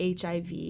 hiv